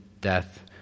death